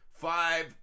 five